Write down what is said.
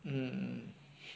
mm mm